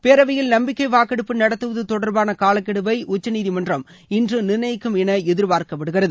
பேரவையில் நம்பிக்கை வாக்கெடுப்பு நடத்துவது தொடர்பான காலக்கெடுவை உச்சநீதிமன்றம் இன்று நிர்ணயிக்கும் என எதிர்பார்க்கப்படுகிறது